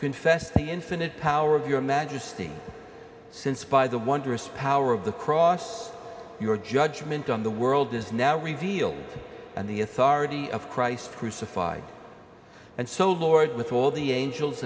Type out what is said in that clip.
confess the infinite power of your majesty since by the wondrous power of the cross your judgment on the world is now revealed and the authority of christ crucified and so lord with all the angels